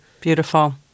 Beautiful